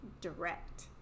direct